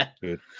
Good